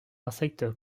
insectes